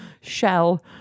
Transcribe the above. shell